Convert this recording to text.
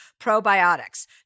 probiotics